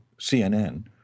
CNN